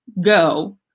go